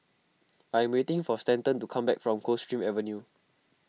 I am waiting for Stanton to come back from Coldstream Avenue